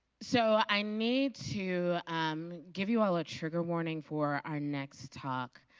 so, i need to um give you all a trigger warning for our next talk.